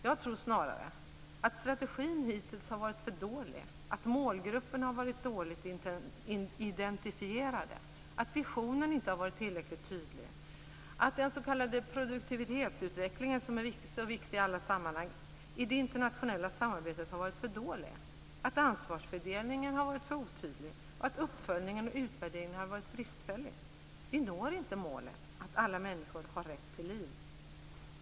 Jag tror snarare att strategin hittills har varit för dålig. Målgrupperna har varit dåligt identifierade. Visionen har inte varit tillräckligt tydlig. Den s.k. produktivitetsutvecklingen, som är så viktig i alla sammanhang, har varit för dålig i det internationella samarbetet. Ansvarsfördelningen har varit för otydlig och uppföljningen och utvärderingen har varit bristfällig. Vi når inte målet att alla människor har rätt till liv.